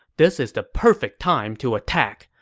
this is the perfect time to attack,